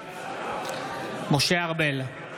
משה ארבל,